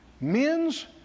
Men's